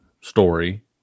story